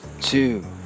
two